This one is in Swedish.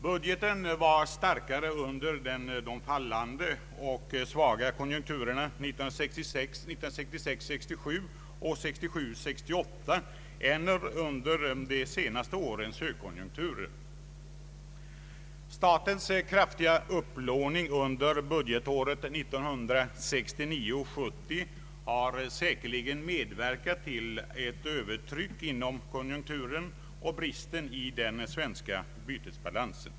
Budgeten var starkare under de fallande och svaga konjunkturerna 1966 68 än under de senaste årens högkonjunktur. Statens kraftiga upplåning under budgetåret 1969/70 har säkerligen medverkat till övertrycket inom konjunkturen och bristen i den svenska bytesbalansen.